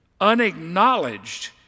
Unacknowledged